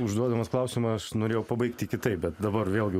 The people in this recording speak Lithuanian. užduodamas klausimą aš norėjau pabaigti kitaip bet dabar vėlgi